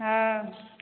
हँ